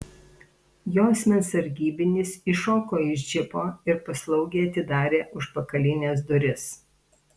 jo asmens sargybinis iššoko iš džipo ir paslaugiai atidarė užpakalines duris